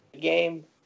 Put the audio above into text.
game